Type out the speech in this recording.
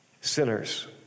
sinners